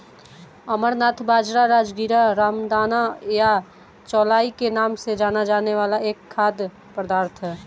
अमरनाथ बाजरा, राजगीरा, रामदाना या चौलाई के नाम से जाना जाने वाला एक खाद्य पदार्थ है